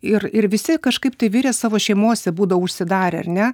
ir ir visi kažkaip tai virė savo šeimose būdavo užsidarę ar ne